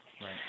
Right